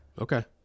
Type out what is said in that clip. Okay